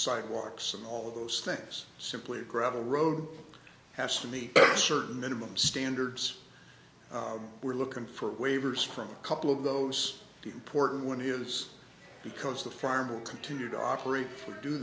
sidewalks and all of those things simply a gravel road has to meet certain minimum standards we're looking for waivers from a couple of those the important one is because the farm will continue to operate